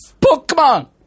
Pokemon